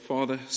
Father